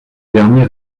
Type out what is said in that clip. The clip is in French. derniers